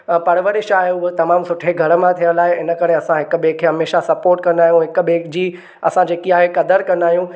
परवरिश आहे हूअ तमामु सुठे घर मां थियल आहे इनकरे असां हिकु ॿिएं खे हमेशह स्पॉट कंदा आहियूं हिकु ॿिएं जी असां जेकी आहे कदर कंदा आहियूं